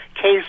case